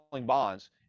bonds